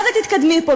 מה זה "תתקדמי פה"?